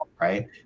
right